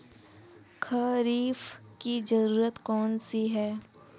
खरीफ की फसल कौन सी है?